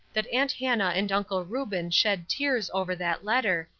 that aunt hannah and uncle reuben shed tears over that letter,